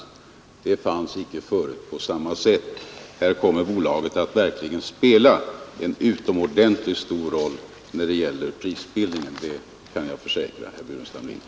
Någon direkt motsvarighet härtill förekom icke tidigare. Jag kan försäkra herr Burenstam Linder att bolaget i det sammanhanget verkligen kommer att spela en viktig roll för prisbildningen.